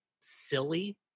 silly